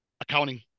Accounting